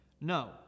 No